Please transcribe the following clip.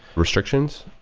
restrictions.